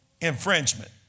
Infringement